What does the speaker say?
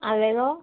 हांवेन गो